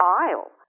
aisle